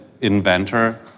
inventor